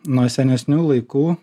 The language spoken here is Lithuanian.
nuo senesnių laikų